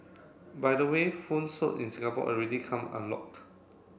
by the way phones sold in Singapore already come unlocked